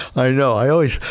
i know, i always,